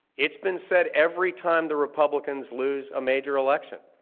it's been said every time the republicans lose a major election.